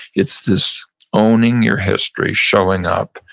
it's this owning your history, showing up,